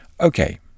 Okay